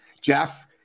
Jeff